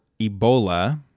Ebola